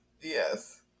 yes